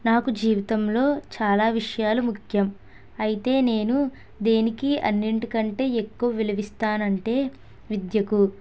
నాకు జీవితంలో చాలా విషయాలు ముఖ్యం అయితే నేను దేనికి అన్నింటికంటే ఎక్కువ విలువ ఇస్తానంటే విద్యకు